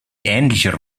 ähnlicher